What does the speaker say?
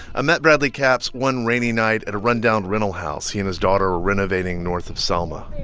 i met bradley capps one rainy night at a rundown rental house he and his daughter were renovating north of selma